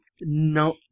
no